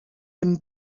him